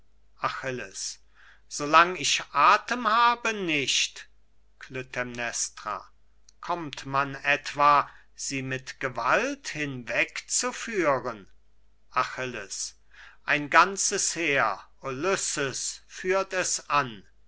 achilles solang ich athem habe nicht klytämnestra kommt man etwa sie mit gewalt hinweg zu führen achilles ein ganzes heer ulysses führt es an